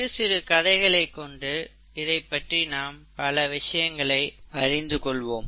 சிறு கதைகளை கொண்டு இதைப்பற்றி நாம் பல விஷயங்களை அறிந்து கொள்வோம்